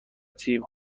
تیم